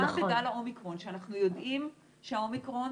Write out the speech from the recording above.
גם בגל האומיקרון שאנחנו יודעים שהאומיקרון